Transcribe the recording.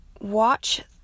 watch